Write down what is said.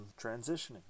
transitioning